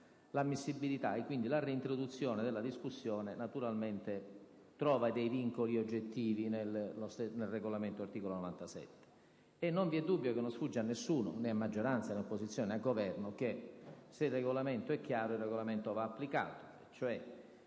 l'ammissibilità e la reintroduzione della discussione, naturalmente trovano dei vincoli oggettivi nell'articolo 97 del Regolamento. Non vi è dubbio e non sfugge a nessuno, né alla maggioranza, né all'opposizione, né al Governo, che, se il Regolamento è chiaro, il Regolamento va applicato.